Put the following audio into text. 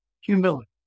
humility